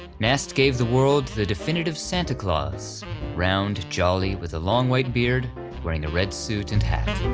nast gave the world the definitive santa claus round, jolly, with a long white beard wearing a red suit and hat.